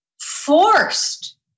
forced